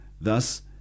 Thus